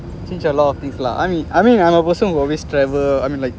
change a lot of things lah I mean I mean I'm a person who always travel I mean like